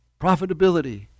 Profitability